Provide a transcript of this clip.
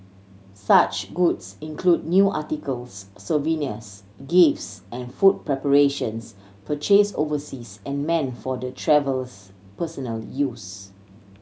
such goods include new articles souvenirs gifts and food preparations purchase overseas and meant for the travels personal use